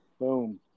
Boom